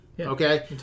Okay